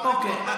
אוקיי,